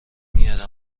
میاره